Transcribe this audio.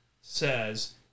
says